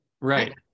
right